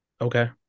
Okay